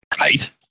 Right